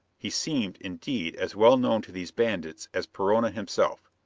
he seemed, indeed, as well known to these bandits as perona himself.